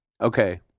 okay